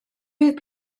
fydd